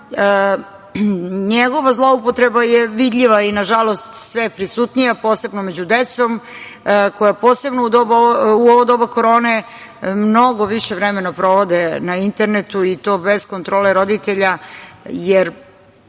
Njegova zloupotreba je vidljiva i nažalost sve prisutnija, posebno među decom, koja posebno u ovo doba korone mnogo više vremena provode na internetu, i to bez kontrole roditelja, jer